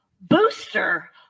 booster